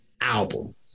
album